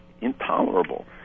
intolerable